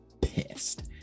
pissed